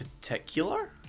particular